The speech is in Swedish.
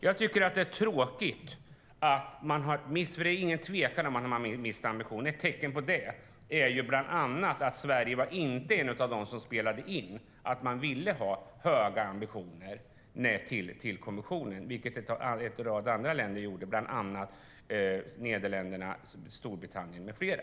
Det är ingen tvekan om att man har mist ambition, och jag tycker att det är tråkigt. Ett tecken på det är att Sverige inte hörde till dem som spelade in till kommissionen att man ville ha höga ambitioner, vilket en rad andra länder gjorde, bland annat Nederländerna, Storbritannien med flera.